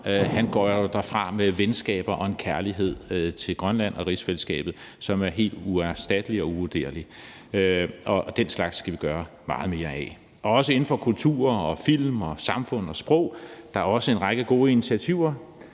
går derfra med venskaber og en kærlighed til Grønland og rigsfællesskabet, som er helt uerstattelig og uvurderlig. Den slags skal vi gøre meget mere af. Også inden for kultur, film, samfund og sprog er der en række gode initiativer.